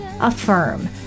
affirm